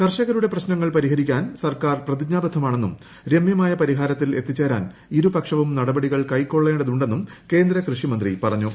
കർഷകരുടെ പ്രശ്നങ്ങൾ പരിഹരിക്കാൻ സർക്കാർ പ്രതിജ്ഞാബദ്ധമാണെന്നും രമൃമായ പരിഹാരത്തിൽ എത്തിച്ചേരാൻ ഇരുപക്ഷവും നടപടികൾ കൈക്കൊള്ളേണ്ടതുണ്ടെന്നും കേന്ദ്ര കൃഷി മന്ത്രിപറഞ്ഞു